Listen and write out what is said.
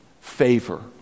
favor